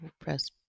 Press